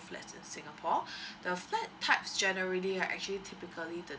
flats in singapore the flat types generally are actually typically the